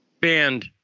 banned